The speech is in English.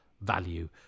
value